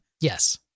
yes